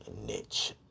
niche